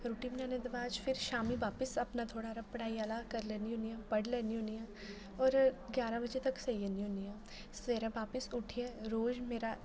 रुट्टी बनाने दे बाद फिर शामीं बापस अपना थोह्ड़ा हारा पढ़ाई आह्ला करी लैनी होनी आं पढ़ी लैनी होनी आं होर ग्यारां बजे तक सेई ज'न्नी होनी आं सबैह्रे बापस उट्ठियै रोज़ मेरा